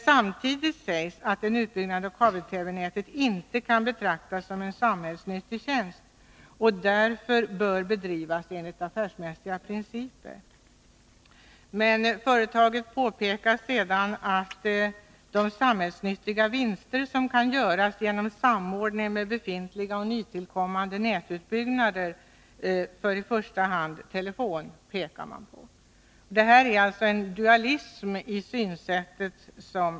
Samtidigt sägs att en utbyggnad av kabel-TV-nätet inte kan betraktas som en samhällsnyttig tjänst och därför bör bedrivas efter affärsmässiga principer. Men företaget pekar sedan på de samhällsnyttiga vinster som kan göras genom samordning med befintliga och nytillkommande nätutbyggnader för i första hand telefon. Vad företaget här för fram visar på en dualism i synsättet.